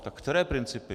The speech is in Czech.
Tak které principy?